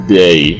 day